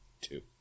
Two